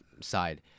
side